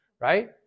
right